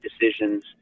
decisions